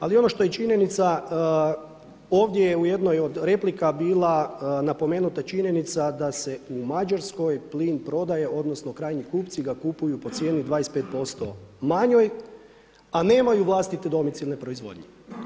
Ali ono što je činjenica ovdje je u jednoj od replika bila napomenuta činjenica da se u Mađarskoj plin prodaje odnosno krajnji kupci ga kupuju po cijeni 25% manjoj, a nemaju vlastite domicilne proizvodnje.